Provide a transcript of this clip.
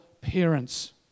parents